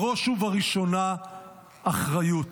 בראש ובראשונה אחריות.